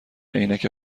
عینک